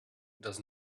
does